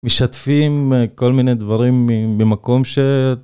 משתפים כל מיני דברים, במקום ש...